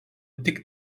tik